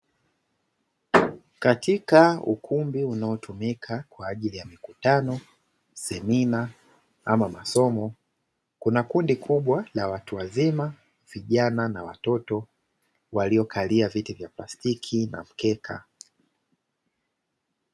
Katika ukumbi unaotumika kwa ajili ya mikutano, semina ama masomo, kuna kundi kubwa la watu wazima, vijana na watoto waliokalia viti vya plastiki na mkeka.